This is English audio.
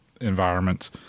environments